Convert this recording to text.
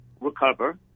recover